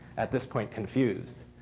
at this point, confused.